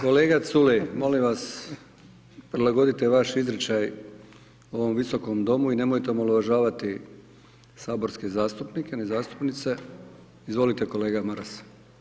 Kolega Culej, molim vas prilagodite vaš izričaj ovom Visokom domu i nemojte omalovažavati saborske zastupnike, ni zastupnice, izvolite kolega Maras.